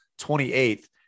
28th